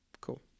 Cool